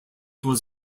was